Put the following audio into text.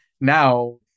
now